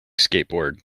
skateboard